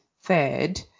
third